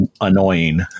annoying